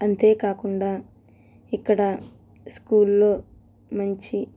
అంతేకాకుండా ఇక్కడ స్కూల్లో నుంచి